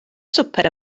swper